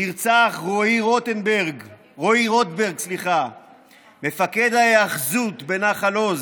נרצח רועי רוטברג, מפקד ההיאחזות בנחל עוז.